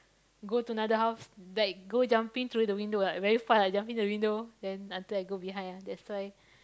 go to another house like go jumping through the window like very fast lah jumping through the window then until I go behind ah that's why